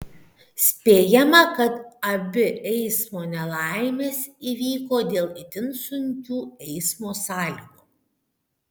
spėjama kad abi eismo nelaimės įvyko dėl itin sunkių eismo sąlygų